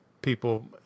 people